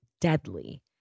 deadly